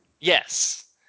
Yes